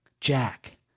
Jack